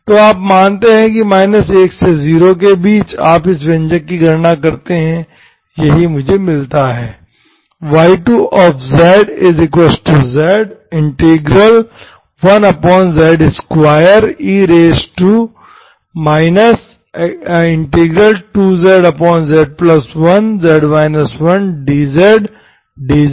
तो आप मानते हैं कि 1 से 0 के बीच आप इस व्यंजक की गणना करते हैं यही मुझे मिलता है